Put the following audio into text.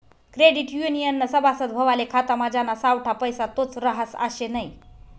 credit युनियननं सभासद व्हवाले खातामा ज्याना सावठा पैसा तोच रहास आशे नै